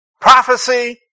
Prophecy